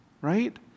right